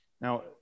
Now